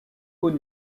haut